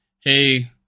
hey